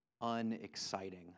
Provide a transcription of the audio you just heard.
unexciting